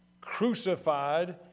crucified